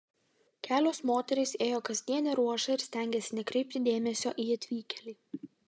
kelios moterys ėjo kasdienę ruošą ir stengėsi nekreipti dėmesio į atvykėlį